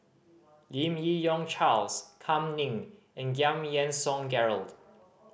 Lim Yi Yong Charles Kam Ning and Giam Yean Song Gerald